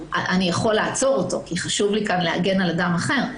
אני יכולה לעצור אותו כי חשוב לי להגן על אדם אחר,